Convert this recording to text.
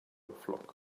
flock